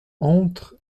entre